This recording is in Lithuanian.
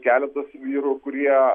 keletas vyrų kurie